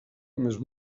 més